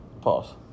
Pause